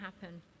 happen